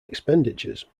expenditures